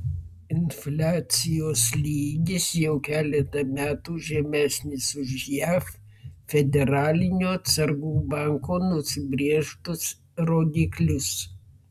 infliacijos lygis jau keletą metų žemesnis už jav federalinio atsargų banko nusibrėžtus rodiklius